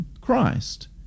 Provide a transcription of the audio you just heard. Christ